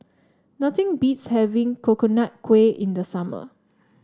nothing beats having Coconut Kuih in the summer